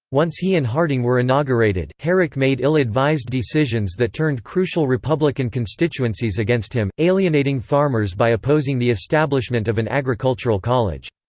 once he and harding were inaugurated, herrick made ill-advised decisions that turned crucial republican constituencies against him, alienating farmers by opposing the establishment of an agricultural college.